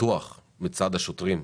ובמיוחד מצד השוטרים.